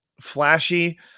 flashy